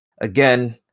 again